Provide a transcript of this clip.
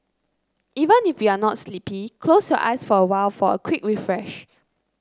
even if you are not sleepy close your eyes for a while for a quick refresh